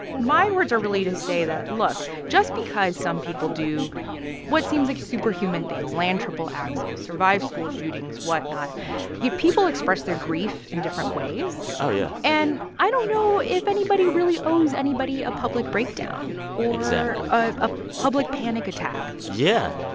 my words are really to say that, look, just because some people do what seems like superhuman things land triple axels, survive school shootings, whatnot people express their grief in different ways oh, yeah and i don't know if anybody really owes anybody a public breakdown exactly. or ah a public panic attack yeah.